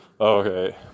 Okay